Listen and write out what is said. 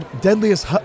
deadliest